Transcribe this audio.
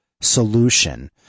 solution